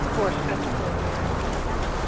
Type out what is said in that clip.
who are sceptical of voting for a mormon.